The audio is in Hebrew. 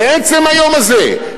בעצם היום הזה,